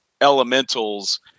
elementals